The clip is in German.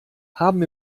haben